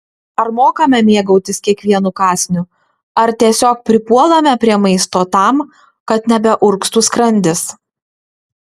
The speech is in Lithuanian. ar mokame mėgautis kiekvienu kąsniu ar tiesiog pripuolame prie maisto tam kad nebeurgztų skrandis